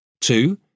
Two